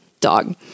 dog